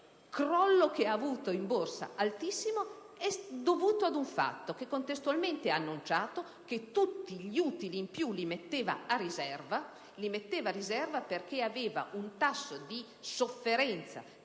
Il crollo registrato in Borsa, altissimo, è dovuto al fatto che contestualmente la banca ha annunciato che tutti gli utili in più li metteva a riserva, perché aveva un tasso di sofferenza